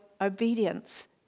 obedience